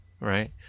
Right